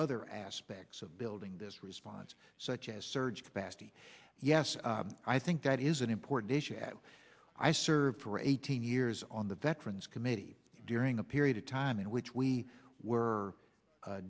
other aspects of building this response such as surge capacity yes i think that is an important issue i served for eighteen years on the veterans committee during a period of time in which we were